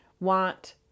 want